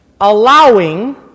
Allowing